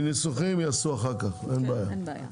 את הניסוחים יעשו אחר-כך, אין בעיה.